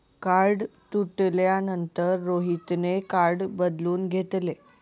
card तुटल्यानंतर रोहितने card बदलून घेतले